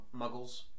muggles